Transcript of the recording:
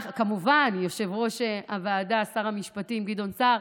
כמובן, יושב-ראש הוועדה, שר המשפטים גדעון סער,